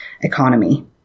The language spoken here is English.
economy